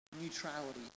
neutrality